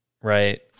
Right